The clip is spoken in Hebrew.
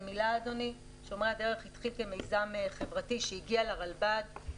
שומרי הדרך התחיל כמיזם חברתי שהגיע לרלב"ד.